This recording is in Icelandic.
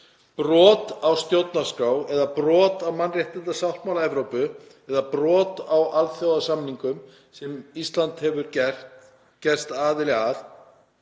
brot á stjórnarskrá eða brot á mannréttindasáttmála Evrópu eða brot á alþjóðasamningum sem Ísland hefur gerst aðili að,